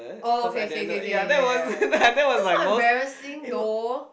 oh okay okay okay ya ya ya ya ya that's not embarrassing though